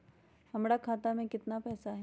हमर खाता में केतना पैसा हई?